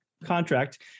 Contract